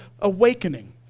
awakening